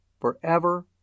forever